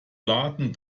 laden